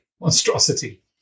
monstrosity